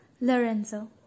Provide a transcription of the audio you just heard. Lorenzo